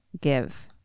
give